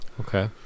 okay